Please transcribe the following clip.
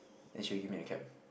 then she'll give me the cap